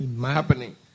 happening